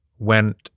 went